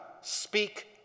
speak